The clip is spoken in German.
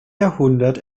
jahrhundert